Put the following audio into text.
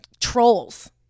trolls